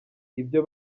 ibyo